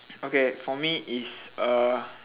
okay for me it's uh